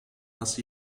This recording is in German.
dass